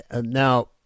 now